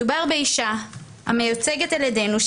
מדובר באישה המיוצגת על ידינו,